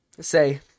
say